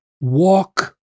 walk